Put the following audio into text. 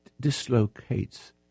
dislocates